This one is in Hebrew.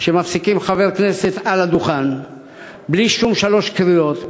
שמפסיקים חבר כנסת שעומד על הדוכן בלי שום שלוש קריאות,